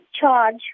charge